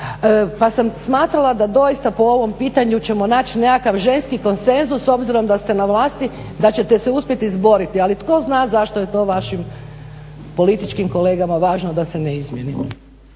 pa sam smatrala da doista po ovom pitanju ćemo naći nekakav ženski konsenzus obzirom da ste na vlasti da ćete se uspjet izboriti. Ali tko zna zašto je to vašim političkim kolegama važno da se ne izmijeni.